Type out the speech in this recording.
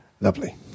Lovely